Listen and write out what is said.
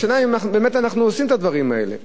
השאלה היא האם אנחנו באמת עושים את הדברים האלה.